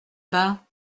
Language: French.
bas